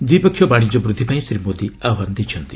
ଦ୍ୱିପକ୍ଷିୟ ବାଣିଜ୍ୟ ବୃଦ୍ଧି ପାଇଁ ଶ୍ରୀ ମୋଦି ଆହ୍ୱାନ ଦେଇଛନ୍ତି